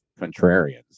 contrarians